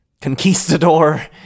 conquistador